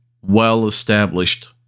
well-established